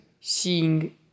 seeing